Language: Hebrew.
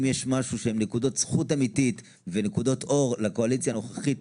אם יש משהו שהם נקודות זכות אמיתית ונקודות אור לקואליציה הנוכחית,